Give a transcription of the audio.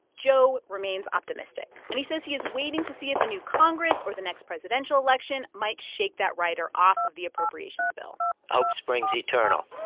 joe remains optimistic. and he says he is waiting to see if a new congress or the next presidential election might shake that rider off the appropriations bill hope springs eternal